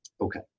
Okay